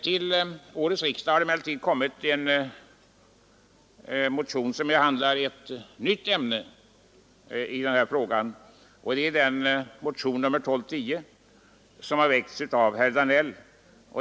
Till årets riksdag har emellertid också väckts en annan motion som behandlar ett nytt ämne i denna fråga, nämligen motionen 1210 av herr Danell.